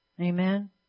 Amen